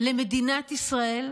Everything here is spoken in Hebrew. למדינת ישראל,